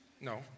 No